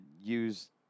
use